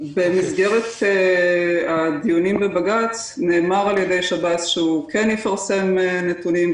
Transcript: במסגרת הדיונים בבג"ץ נאמר על ידי שב"ס שהוא כן יפרסם נתונים,